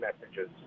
messages